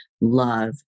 love